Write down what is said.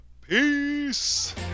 Peace